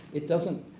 it doesn't.